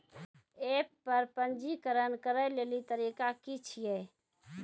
App पर पंजीकरण करै लेली तरीका की छियै?